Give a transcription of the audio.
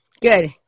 Good